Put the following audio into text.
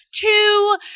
two